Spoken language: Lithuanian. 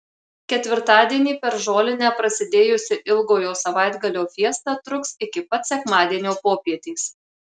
ketvirtadienį per žolinę prasidėjusi ilgojo savaitgalio fiesta truks iki pat sekmadienio popietės